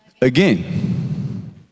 again